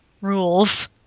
rules